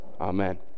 Amen